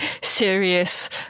serious